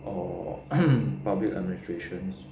or public administrations